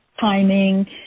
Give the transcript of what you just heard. timing